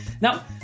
Now